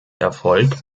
erfolg